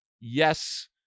yes